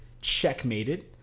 checkmated